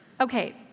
Okay